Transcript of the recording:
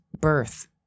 birth